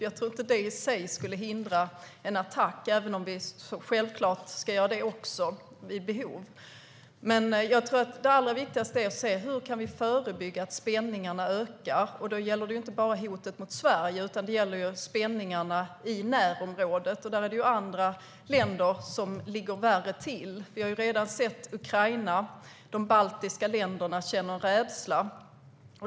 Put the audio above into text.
Jag tror inte att det i sig skulle hindra en attack, även om vi självklart också ska göra det vid behov. Men jag tror att det allra viktigaste är att se hur vi kan förebygga att spänningarna ökar. Då gäller det inte bara hotet mot Sverige, utan det gäller spänningarna i närområdet, och där är det andra länder som ligger värre till. Vi har redan sett vad som hänt i Ukraina, och de baltiska länderna känner rädsla.